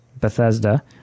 Bethesda